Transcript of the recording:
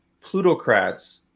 plutocrats